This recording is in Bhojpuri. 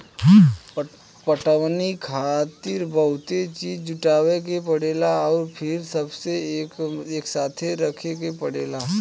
पटवनी खातिर बहुते चीज़ जुटावे के परेला अउर फिर सबके एकसाथे रखे के पड़ेला